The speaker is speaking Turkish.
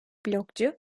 blogcu